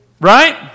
Right